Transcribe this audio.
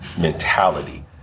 mentality